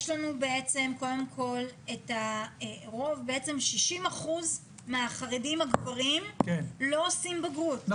יש לנו בעצם קודם כל הרוב בעצם 60% מהחרדים הגברים לא עושים בגרות,